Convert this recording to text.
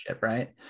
right